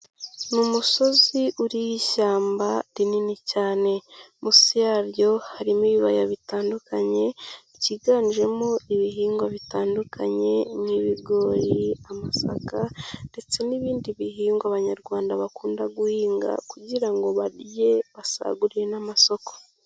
Ni umusozi uriho ishyamba rinini cyane. Munsi yaryo harimo ibibaya bitandukanye, byiyiganjemo ibihingwa bitandukanye nk'ibigori, amasaka ndetse n'ibindi bihingwa abanyarwanda bakunda guhinga kugira ngo barye basagurire n'amasoko.